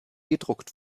gedruckt